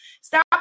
stop